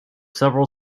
several